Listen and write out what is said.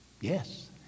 Yes